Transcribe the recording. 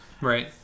Right